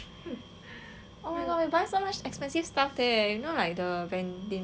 oh my god I buy so much expensive stuff there you know like the vending machine right they got sell like